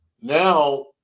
Now